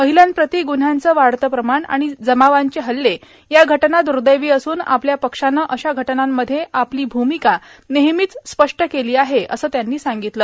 महिलांप्रति ग्रव्हयांचं वाढतं प्रमाण आणि जमावांचे हल्ले या घटना दुर्देवी असून आपल्या पक्षानं अशा घटनांमध्ये आपली भूमिका नेहमीच स्पष्ट केली आहे असं त्यांनी सांगितलं